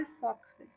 foxes